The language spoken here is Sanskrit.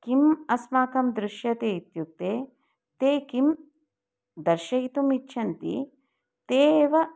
किम् अस्माकं दृश्यते इत्युक्ते ते किं दर्शयितुम् इच्छन्ति ते एव